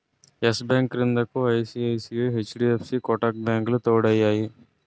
yes bank క్రిందకు ఐ.సి.ఐ.సి.ఐ, హెచ్.డి.ఎఫ్.సి కోటాక్ బ్యాంకులు తోడయ్యాయి